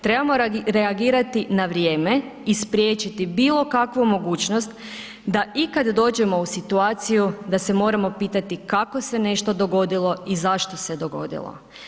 Trebamo reagirati na vrijeme i spriječiti bilo kakvu mogućnost da ikad dođemo u situaciju da se moramo pitati kako se nešto dogodilo i zašto se je dogodilo.